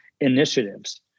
initiatives